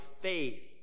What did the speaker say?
faith